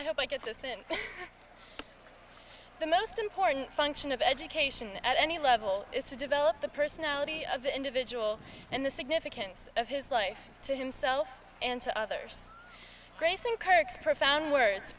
i hope i get this in the most important function of education at any level is to develop the personality of the individual and the significance of his life to himself and to others praising kirk's profound words